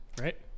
right